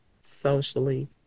socially